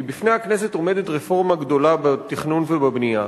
כי בפני הכנסת עומדת רפורמה גדולה בתכנון ובבנייה,